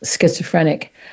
schizophrenic